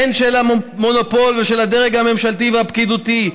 הן של המונופול ושל הדרג הממשלתי והפקידותי,